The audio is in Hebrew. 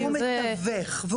הוא מתווך,